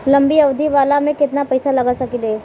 लंबी अवधि वाला में केतना पइसा लगा सकिले?